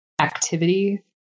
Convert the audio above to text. activity